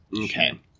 okay